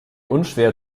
unschwer